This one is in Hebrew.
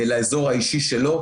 לאזור האישי שלו,